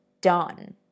done